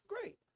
great